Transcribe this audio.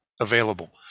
available